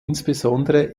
insbesondere